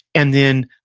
and then,